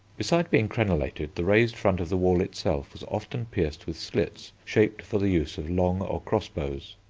besides being crenellated the raised front of the wall itself was often pierced with slits shaped for the use of long or cross-bows.